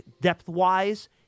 depth-wise